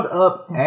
up